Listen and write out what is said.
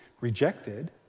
rejected